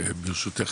ברשותך,